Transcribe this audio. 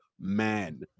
man